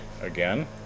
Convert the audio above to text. again